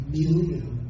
million